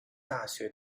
大学